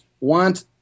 want